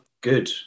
good